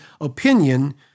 opinion